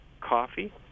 coffee